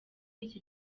iki